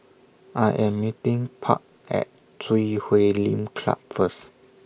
I Am meeting Park At Chui Huay Lim Club First